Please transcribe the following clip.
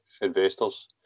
investors